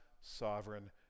sovereign